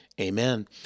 Amen